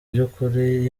by’ukuri